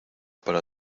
para